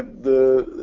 the,